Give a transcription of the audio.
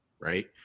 Right